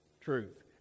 truth